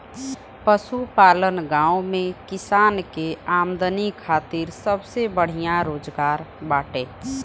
पशुपालन गांव में किसान के आमदनी खातिर सबसे बढ़िया रोजगार बाटे